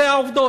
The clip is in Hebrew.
אלה עובדות.